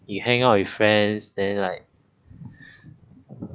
you hang out with friends then like